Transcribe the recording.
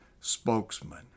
spokesman